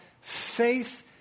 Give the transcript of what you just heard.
faith